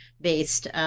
based